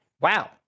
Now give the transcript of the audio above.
Wow